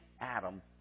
Adam